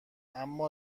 اما